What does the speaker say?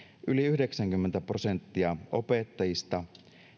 yli yhdeksänkymmentä prosenttia opettajista